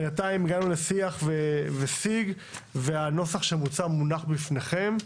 בינתיים הגענו לשיח ושיג והנוסח המוצע מונח בפניכם.